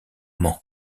mans